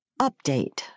Update